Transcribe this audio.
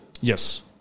Yes